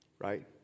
Right